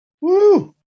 Woo